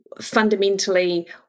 fundamentally